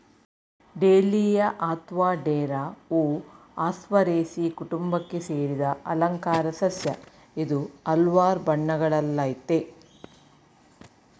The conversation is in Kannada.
ಡೇಲಿಯ ಅತ್ವ ಡೇರಾ ಹೂ ಆಸ್ಟರೇಸೀ ಕುಟುಂಬಕ್ಕೆ ಸೇರಿದ ಅಲಂಕಾರ ಸಸ್ಯ ಇದು ಹಲ್ವಾರ್ ಬಣ್ಣಗಳಲ್ಲಯ್ತೆ